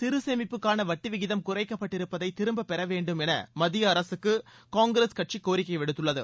சிறுசேமிப்புக்கான வட்டி விகிதம் குறைக்கப்பட்டிருப்பதை திரும்பப் பெற வேண்டும் என மத்திய அரசுக்கு காங்கிரஸ் கட்சி கோரிக்கை விடுத்துள்ளது